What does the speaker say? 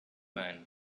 man